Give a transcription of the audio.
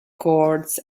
courts